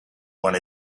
one